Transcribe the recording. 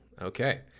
Okay